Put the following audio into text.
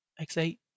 X8